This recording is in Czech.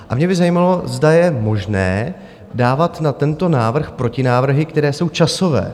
A mě by zajímalo, zda je možné dávat na tento návrh protinávrhy, které jsou časové.